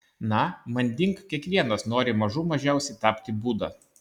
na manding kiekvienas nori mažų mažiausiai tapti buda